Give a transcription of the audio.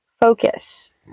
focus